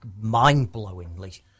mind-blowingly